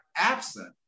absent